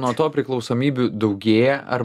nuo to priklausomybių daugėja ar